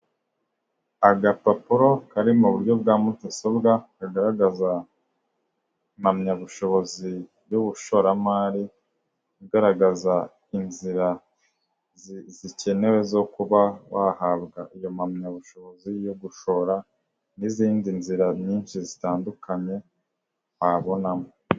Agapapuro kari mu buryo bwa mudasobwa kagaragaza impamyabushobozi y'ubushoramari igaragaza inzira zikenewe zo kuba wahabwa iyo mpamyabushobozi yo gushora n'izindi nzira nyinshi zitandukanye wabonamo.